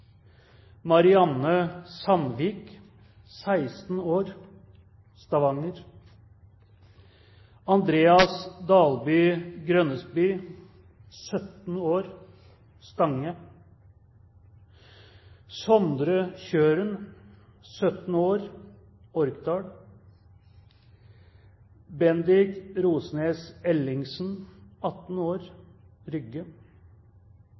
Marianne Sandvik, 16 år, Stavanger Andreas Dalby Grønnesby, 17 år, Stange Sondre Kjøren, 17 år, Orkdal Bendik Rosnæs Ellingsen, 18 år, Rygge